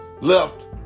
left